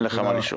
אין לך מה לשאול.